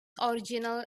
original